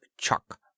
chuck